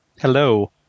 Hello